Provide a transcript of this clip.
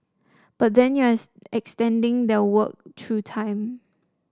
but then you're extending their work through time